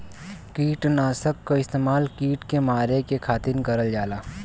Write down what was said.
किटनाशक क इस्तेमाल कीट के मारे के खातिर करल जाला